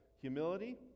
humility